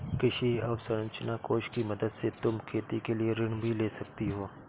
कृषि अवसरंचना कोष की मदद से तुम खेती के लिए ऋण भी ले सकती हो